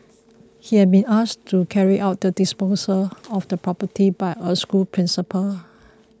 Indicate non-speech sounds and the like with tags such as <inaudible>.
<noise> he had been asked to carry out the disposal of the property by a school principal